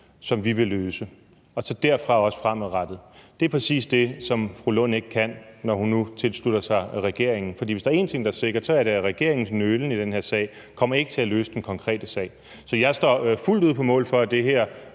som vi vil løse, og så derfra også fremadrettet. Det er præcis det, som fru Rosa Lund ikke kan, når hun nu tilslutter sig regeringen. For hvis der er en ting, der er sikkert, så er det, at regeringens nølen i den her sag ikke kommer til at løse den konkrete sag. Så jeg står fuldt ud på mål for, at det her